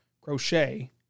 Crochet